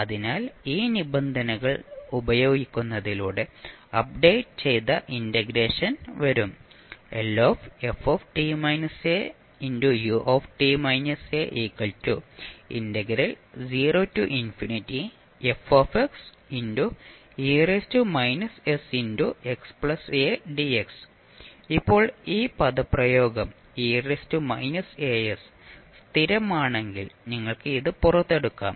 അതിനാൽ ഈ നിബന്ധനകൾ ഉപയോഗിക്കുന്നതിലൂടെ അപ്ഡേറ്റ് ചെയ്ത ഇന്റഗ്രേഷൻ വരും ഇപ്പോൾ ഈ പദപ്രയോഗം സ്ഥിരമാണെങ്കിൽ നിങ്ങൾക്ക് ഇത് പുറത്തെടുക്കാം